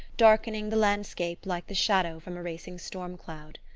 darkening the landscape like the shadow from a racing storm-cloud.